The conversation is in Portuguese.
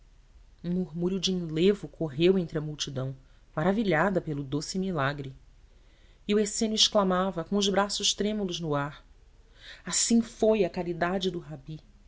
um murmúrio de enlevo correu entre a multidão maravilhada pelo doce milagre e o essênio exclamava com os braços trêmulos no ar assim foi a caridade do rabi